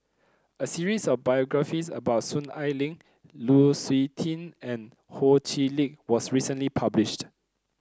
a series of biographies about Soon Ai Ling Lu Suitin and Ho Chee Lick was recently published